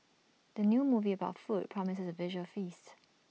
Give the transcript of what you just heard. the new movie about food promises A visual feast